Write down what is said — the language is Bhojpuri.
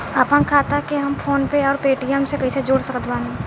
आपनखाता के हम फोनपे आउर पेटीएम से कैसे जोड़ सकत बानी?